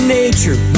nature